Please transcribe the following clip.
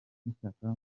n’ishyaka